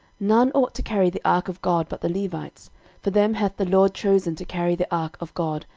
none ought to carry the ark of god but the levites for them hath the lord chosen to carry the ark of god,